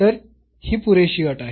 तर ही पुरेशी अट आहे